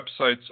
websites